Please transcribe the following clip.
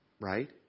right